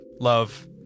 Love